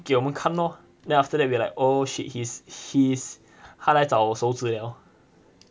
给我们看 lor then after that we are like oh shit he's he's 他来找我手指 liao